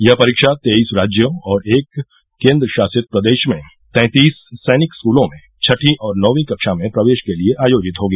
यह परीक्षा तेईस राज्यों और एक केन्द्रशासित प्रदेश में तैंतीस सैनिक स्कूलों में छठी और नौवीं कक्षा में प्रवेश के लिए आयोजित होगी